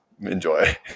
Enjoy